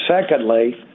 Secondly